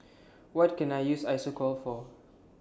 What Can I use Isocal For